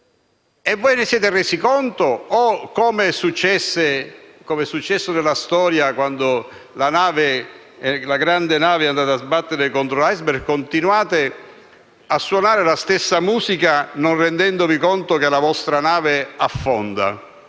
Ve ne siete resi conto o - come è successo in passato, quando una grande nave è andata a sbattere contro l'*iceberg* - continuate a suonare la stessa musica, non capendo che la vostra nave affonda?